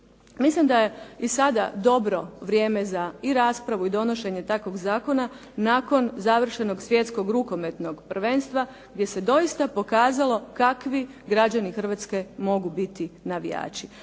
Mislim da je i sada dobro vrijeme za i raspravu i donošenje takvog zakona nakon završenog Svjetskog rukometnog prvenstva, gdje se doista pokazalo kakvi građani Hrvatske mogu biti navijači.